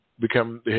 Become